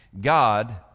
God